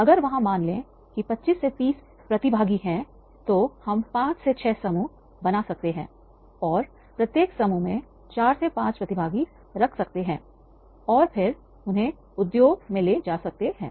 अगर वहां मान ले कि 25 से 30 प्रतिभागी है तो हम पांच से छह समूह रख सकते हैं और फिर उन्हें उद्योग में ले जा सकते हैं